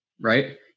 right